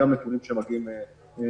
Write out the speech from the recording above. מה גם נתונים שמגיעים דרכם.